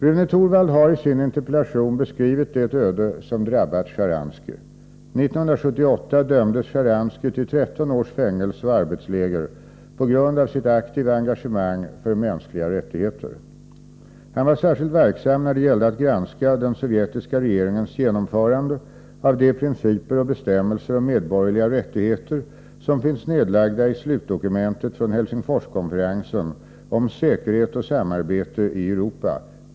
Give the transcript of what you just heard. Rune Torwald har i sin interpellation beskrivit det öde som drabbat Sjtjaranskij. 1978 dömdes Sjtjaranskij till 13 års fängelse och arbetsläger på grund av sitt aktiva engagemang för mänskliga rättigheter. Han var särskilt verksam när det gällde att granska den sovjetiska regeringens genomförande av de principer och bestämmelser om medborgerliga rättigheter som finns nedlagda i slutdokumentet från Helsingforskonferensen om säkerhet och samarbete i Europa .